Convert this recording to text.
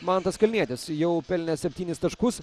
mantas kalnietis jau pelnęs septynis taškus